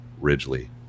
Ridgely